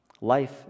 Life